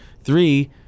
Three